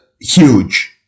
Huge